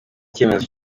icyemezo